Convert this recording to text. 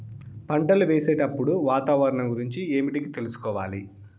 పంటలు వేసేటప్పుడు వాతావరణం గురించి ఏమిటికి తెలుసుకోవాలి?